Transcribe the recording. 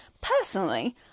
Personally